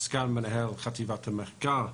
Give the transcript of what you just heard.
סגן מנהל חטיבת המחקר,